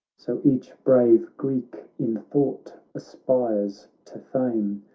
so each brave greek in thought aspires to fame,